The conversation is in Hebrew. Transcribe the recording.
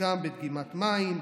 גם בדגימת מים,